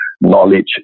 knowledge